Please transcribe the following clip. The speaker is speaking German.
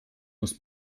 muss